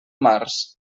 març